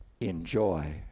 enjoy